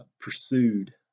pursued